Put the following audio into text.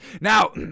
Now